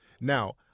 Now